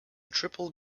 triple